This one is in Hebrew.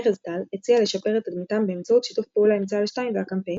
ארז טל הציע לשפר את תדמיתם באמצעות שיתוף פעולה עם צה"ל 2 והקמפיין